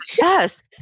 Yes